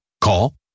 Call